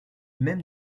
même